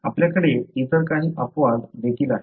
आपल्याकडे इतर काही अपवाद देखील आहेत